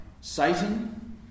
Satan